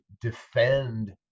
defend